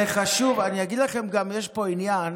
זה חשוב, גם יש פה עניין